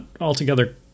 altogether